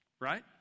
right